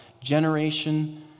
generation